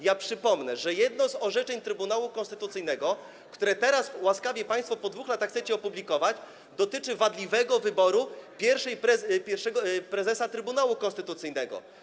Ja przypomnę, że jedno z orzeczeń Trybunału Konstytucyjnego, które teraz łaskawie państwo po 2 latach chcecie opublikować, dotyczy wadliwego wyboru pierwszego prezesa Trybunału Konstytucyjnego.